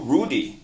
Rudy